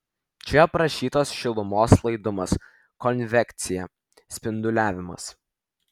čia aprašytas šilumos laidumas konvekcija spinduliavimas